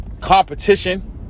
competition